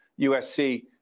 USC